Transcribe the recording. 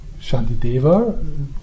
shantideva